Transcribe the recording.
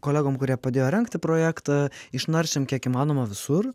kolegom kurie padėjo rengti projektą išnaršėm kiek įmanoma visur